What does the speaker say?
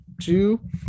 two